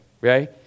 right